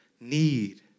need